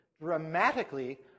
dramatically